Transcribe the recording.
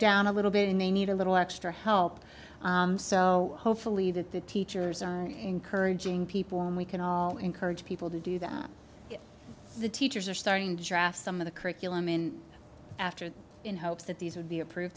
down a little bit and they need a little extra help so hopefully that the teachers are encouraging people and we can all encourage people to do that the teachers are starting to draft some of the curriculum in after in hopes that these would be approved